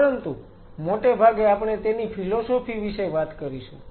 પરંતુ મોટે ભાગે આપણે તેની ફિલોસોફી વિશે વાત કરીશું